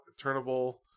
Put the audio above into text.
turnable